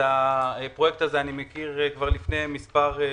אני מכיר את הפרויקט הזה מלפני כמה שנים.